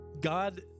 God